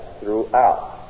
throughout